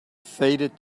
faded